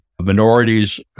minorities